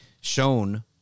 shown